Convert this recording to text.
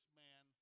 man